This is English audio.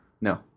No